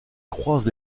croise